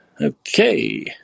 Okay